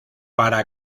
para